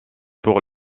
pour